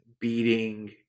beating